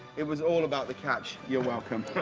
it was all about the catch. you're welcome.